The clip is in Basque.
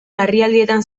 larrialdietan